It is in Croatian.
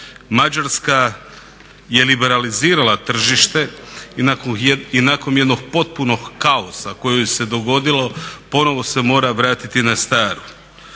Mađarska je liberalizirala tržište i nakon jednog potpunog kaosa koji joj se dogodio ponovno se mora vratiti na staro.